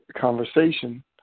conversation